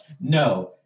no